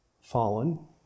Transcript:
fallen